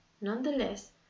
Nonetheless